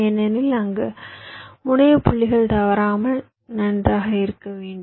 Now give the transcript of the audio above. ஏனெனில் அங்கு முனைய புள்ளிகள் தவறாமல் நன்றாக இருக்க வேண்டும்